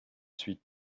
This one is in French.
suis